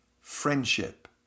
friendship